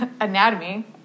anatomy